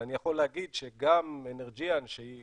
ואני יכול להגיד שגם אנרג'יאן, שהיא